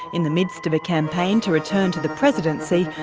in the midst of a campaign to return to the presidency,